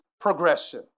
progression